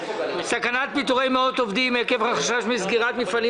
על סדר היום: סכנת פיטורי מאות עובדים עקב החשש מסגירת מפעלים